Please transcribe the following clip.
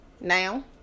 now